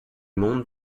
monde